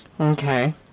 Okay